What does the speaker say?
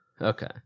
Okay